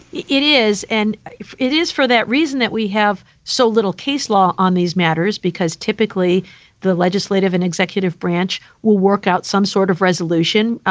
it it is. and if it is for that reason that we have so little case law on these matters, because typically the legislative and executive branch will work out some sort of resolution.